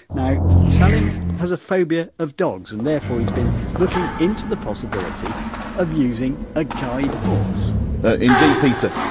now salim has a phobia of dogs and therefore he's been looking into the possibility of using a guide horse indeed peter.